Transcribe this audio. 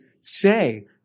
say